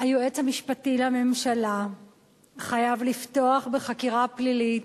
היועץ המשפטי לממשלה חייב לפתוח בחקירה פלילית